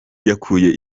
yakuye